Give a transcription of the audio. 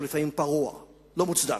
לפעמים הוא פרוע, לא מוצדק.